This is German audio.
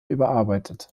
überarbeitet